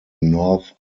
north